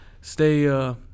stay